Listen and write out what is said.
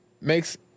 makes